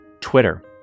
Twitter